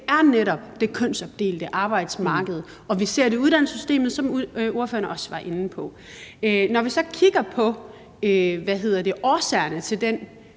er netop det kønsopdelte arbejdsmarked, og vi ser det i uddannelsessystemet, som ordføreren også var inde på. Når vi så kigger på årsagerne til den